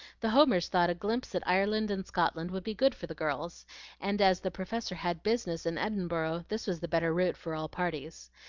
the homers thought a glimpse at ireland and scotland would be good for the girls and as the professor had business in edinburgh this was the better route for all parties.